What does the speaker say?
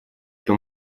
что